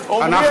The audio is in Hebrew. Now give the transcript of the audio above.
יש לך